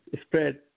spread